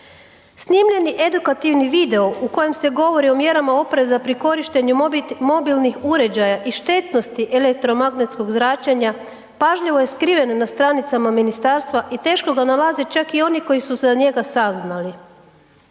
Snimljeni edukativni video u kojem se govori o mjerama opreza pri korištenju mobilnih uređaja i štetnosti elektromagnetskog zračenja, pažljivo je skriven na stranicama ministarstva i teško ga nalaze čak i oni koji su za njega saznali.